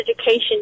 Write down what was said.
education